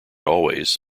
always